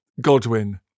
Godwin